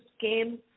came